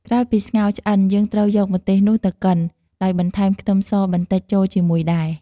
ក្រោយពីស្ងោរឆ្អិន យើងត្រូវយកម្ទេសនោះទៅកិន ដោយបន្ថែមខ្ទឹមសបន្តិចចូលជាមួយដែរ។